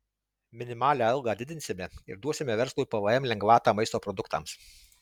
minimalią algą didinsime ir duosime verslui pvm lengvatą maisto produktams